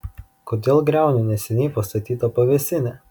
kodėl griauni neseniai pastatytą pavėsinę